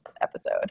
episode